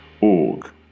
org